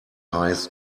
highest